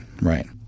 right